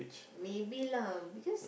maybe lah because